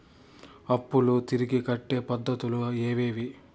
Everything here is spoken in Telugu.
అప్పులు తిరిగి కట్టే పద్ధతులు ఏవేవి